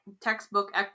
textbook